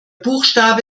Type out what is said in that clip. buchstabe